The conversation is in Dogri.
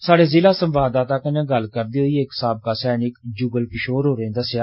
साहडे जिला संवाददाता कन्नै गल्ल करदे होई इक साबका सैनिक जुगल किशोर होरें दस्सेआ